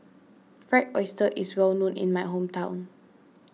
Fried Oyster is well known in my hometown